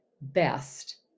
best